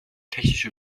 technische